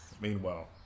meanwhile